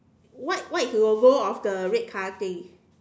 what what is logo of the red color thing